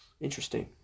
Interesting